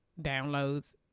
downloads